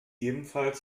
ebenfalls